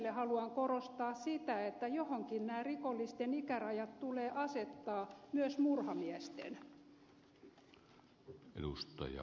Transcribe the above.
järviselle haluan korostaa sitä että johonkin nämä rikollisten ikärajat tulee asettaa myös murhamiesten